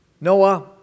Noah